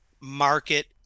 market